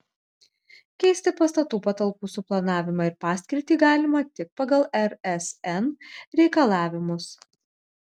keisti pastatų patalpų suplanavimą ir paskirtį galima tik pagal rsn reikalavimus